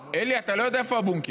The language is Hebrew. אלי, אתה לא יודע איפה הבונקר,